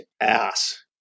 ass